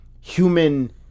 human